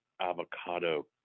avocado